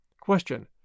Question